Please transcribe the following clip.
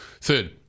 Third